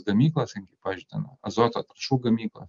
gamyklos ten kaip pavyzdžiui ten azoto trąšų gamykla